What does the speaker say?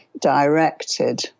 directed